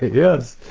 yes.